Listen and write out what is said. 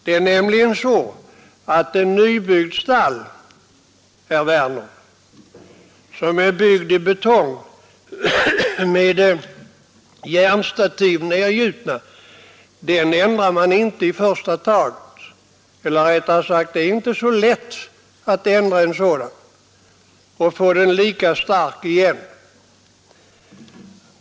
Ett i betong och med nedgjutna järnstativ nybyggt stall går inte att ändra i första taget. Det är inte så lätt att göra det och få stallet lika starkt igen.